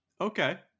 okay